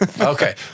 Okay